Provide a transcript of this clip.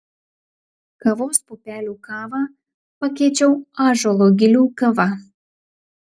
kavos pupelių kavą pakeičiau ąžuolo gilių kava